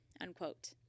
unquote